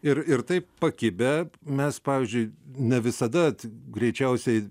ir ir taip pakibę mes pavyzdžiui ne visada greičiausiai